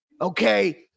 okay